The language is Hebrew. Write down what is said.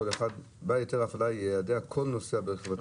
בעל היתר הפעלה יידע כל נוסע ברכב אוטונומי.